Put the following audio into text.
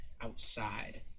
outside